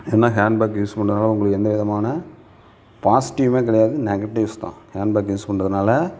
ஏன்னால் handbag use உங்களுக்கு எந்த விதமான பாசிட்டிவுமே கிடையாது நெகட்டிவ்ஸ்தான் ஹேண்ட்பேக் யூஸ் பண்றதினால